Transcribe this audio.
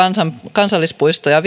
kansallispuistoja